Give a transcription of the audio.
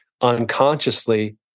unconsciously